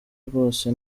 rwose